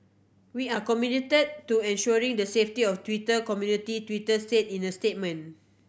we are committed to ensuring the safety of Twitter community Twitter said in a statement